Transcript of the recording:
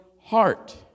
heart